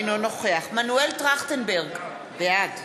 אינו נוכח מנואל טרכטנברג, בעד